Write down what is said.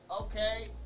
Okay